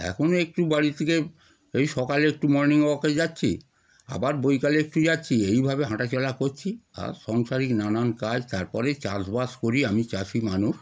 এখন এই একটু বাড়ি থেকে এই সকালে একটু মর্নিং ওয়াকে যাচ্ছি আবার বৈকালে একটু যাচ্ছি এইভাবে হাঁটাচলা করছি আর সংসারে নানান কাজ তারপরেই চাষবাস করি আমি চাষি মানুষ